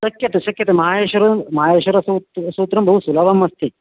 शक्यते शक्यते माहेश्वरं माहेश्वरसूत्रं सूत्रं बहु सुलभम् अस्ति